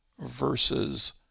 versus